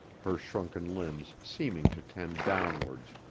her shrunken limbs seeming to tend downwards,